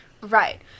Right